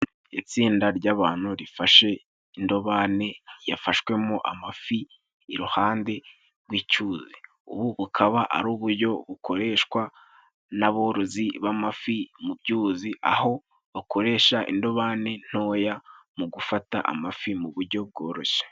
Itsinda ry'abantu rifashe indobani yafashwe mo amafi iruhande rw'icyuzi, ubu bukaba ari uburyo bukoreshwa n'aborozi b'amafi mu byuzi, aho bakoresha indobani ntoya mu gufata amafi mu bujyo bworoshye.